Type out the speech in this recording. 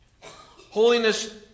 Holiness